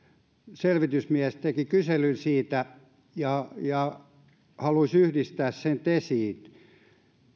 selvitysmies teki kyselyn siitä ja ja halusi yhdistää sen tesiin